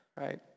right